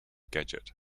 gadget